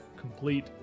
complete